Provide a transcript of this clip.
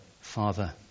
Father